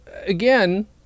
again